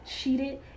cheated